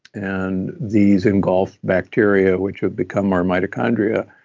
and these engulf bacteria which would become our mitochondria.